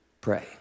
pray